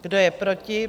Kdo je proti?